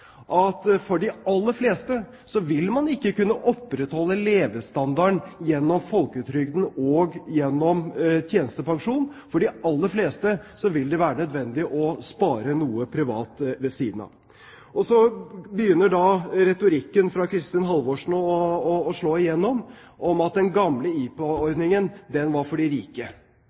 at for de aller fleste vil man ikke kunne opprettholde levestandarden gjennom folketrygden og gjennom tjenestepensjonen. For de aller fleste vil det være nødvendig å spare noe privat ved siden av. Så begynner retorikken fra Kristin Halvorsen å slå igjennom, om at den gamle IPA-ordningen var for de rike.